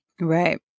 Right